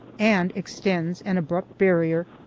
and extends, an abrupt barrier,